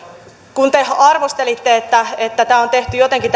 kun te arvostelitte että että tämä välikysymys on tehty jotenkin